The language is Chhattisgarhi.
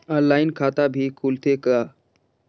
ऑनलाइन खाता भी खुलथे का?